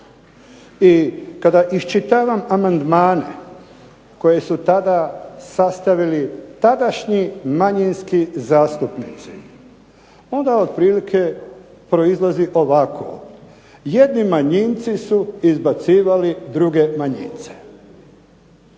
i kada iščitavam amandmane koji su tada sastavili tadašnji manjinski zastupnici, onda otprilike proizlazi ovako, jedni manjinci su izbacivali druge manjince.